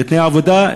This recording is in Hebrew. לתנאי העבודה,